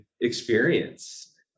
experience